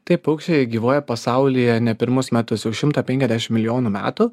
tai paukščiai gyvuoja pasaulyje ne pirmus metus jau šimtą penkiasdešim milijonų metų